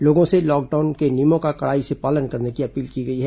लोगों से लॉकडाउन नियमों का कड़ाई से पालन करने की अपील की गई है